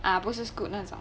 ah 不是 scoot 那种